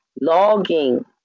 logging